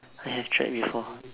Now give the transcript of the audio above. I have tried before